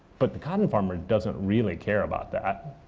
but the cotton farmer doesn't really care about that.